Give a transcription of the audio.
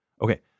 Okay